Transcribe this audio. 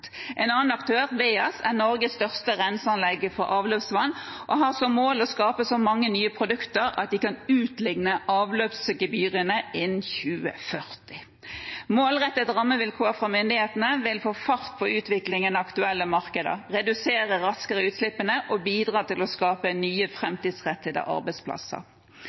En annen aktør, VEAS, er Norges største renseanlegg for avløpsvann og har som mål å skape så mange nye produkter at de kan utligne avløpsgebyrene innen 2040. Målrettede rammevilkår fra myndighetene vil få fart på utviklingen av aktuelle markeder, redusere utslippene raskere og bidra til å skape nye, framtidsrettede arbeidsplasser.